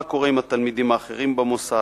מה קורה עם התלמידים האחרים במוסד,